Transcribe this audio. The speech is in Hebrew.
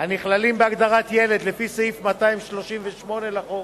הנכללים בהגדרת "ילד" לפי סעיף 238 לחוק